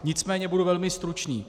Nicméně budu velmi stručný.